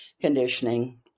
conditioning